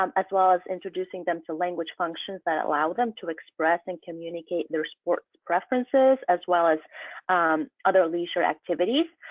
um as well as introducing them to language functions that allow them to express and communicate their sports preferences, as well as other leisure activities.